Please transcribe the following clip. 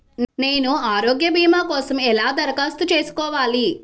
నేను ఆరోగ్య భీమా కోసం ఎలా దరఖాస్తు చేసుకోవాలి?